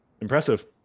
Impressive